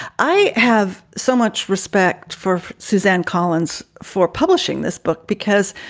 i have so much respect for suzanne collins for publishing this book because